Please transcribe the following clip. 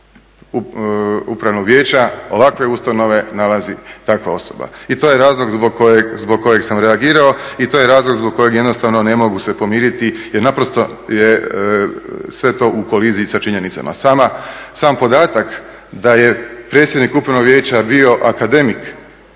Upravnog vijeća ovakve ustanove nalazi takva osoba i to je razlog zbog kojeg sam reagirao i to je razlog zbog kojeg jednostavno ne mogu se pomiriti jer naprosto je sve to u koliziji sa činjenicama. Sam podatak da je predsjednik Upravnog vijeća bio akademik,